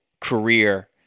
career